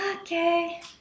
okay